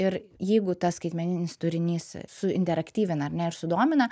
ir jeigu tas skaitmeninis turinys su interaktyvina ar ne ir sudomina